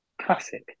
classic